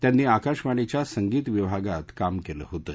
त्यांनी आकाशवाणीच्या संगीत विभागात काम केलं होतं